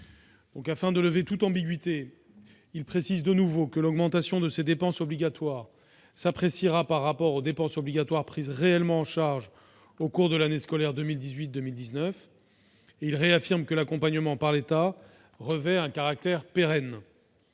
Afin de lever toute ambiguïté, nous entendons préciser de nouveau que l'augmentation de ces dépenses obligatoires s'appréciera par rapport aux dépenses obligatoires prises réellement en charge au cours de l'année scolaire 2018-2019. Nous réaffirmons que l'accompagnement par l'État revêt un caractère pérenne.